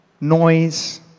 noise